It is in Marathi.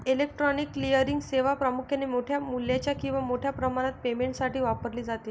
इलेक्ट्रॉनिक क्लिअरिंग सेवा प्रामुख्याने मोठ्या मूल्याच्या किंवा मोठ्या प्रमाणात पेमेंटसाठी वापरली जाते